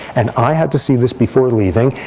and i had to see this before leaving.